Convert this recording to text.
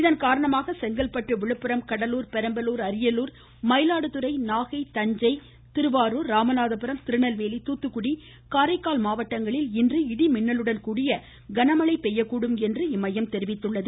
இதன் காரணமாக செங்கல்பட்டு விழுப்புரம் கடலூர் பெரம்பலூர் அரியலூர் மயிலாடுதுறை நாகை தஞ்சாவூர் திருவாரூர் ராமநாதபுரம் திருநெல்வேலி தூத்துக்குடி காரைக்கால் மாவட்டங்களில் இன்று இடி மின்னலுடன் கூடிய கனமழை பெய்யக்கூடும் என்று இம்மையம் தெரிவித்துள்ளது